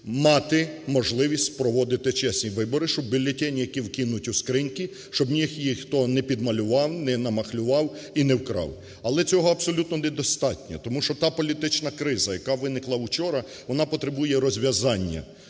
мати можливість проводити чесні вибори, щоб бюлетені, які вкинуть у скриньки, щоб їх ніхто не підмалював, не намахлював і не вкрав. Але цього абсолютно недостатньо, тому що та політична криза, яка виникла учора, вона потребує розв'язання.